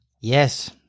Yes